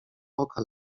oka